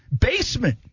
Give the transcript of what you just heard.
basement